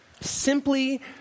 simply